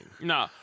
No